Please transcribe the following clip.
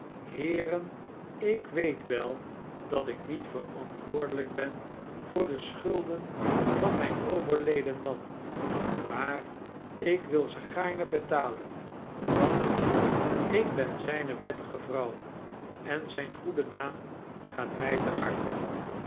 heeren ik weet wel dat ik niet verantwoordelyk ben voor de schulden van myn overleden man maar ik wilzegaarne betalen want ik ben zyne wettige vrouw en zijn foede naam gaat my ter harte